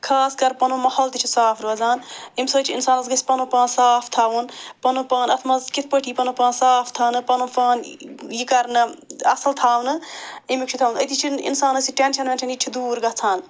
خاص کر پںُن ماحول تہِ چھِ صاف روزان اَمہِ سۭتۍ چھِ اِنسانَس گژھِ پنُن پان صاف تھاوُن پنُن پان اَتھ منٛز کِتھ پٲٹھۍ یی پنُن پان صاف تھاونہٕ پنُن پان یہِ کَرنہٕ اصٕل تھاونہٕ اَمیُک چھِ تھاوُن أتی چھِنہٕ اِنسانس یہِ ٹٮ۪نشن وٮ۪نشن یہِ تہِ چھِ دوٗر گژھان